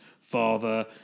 father